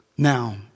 Now